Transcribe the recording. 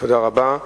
תודה רבה.